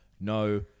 no